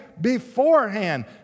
beforehand